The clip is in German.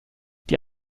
die